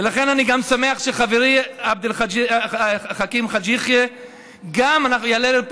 ולכן אני גם שמח שחברי עבד אל חכים חאג' יחיא יעלה פה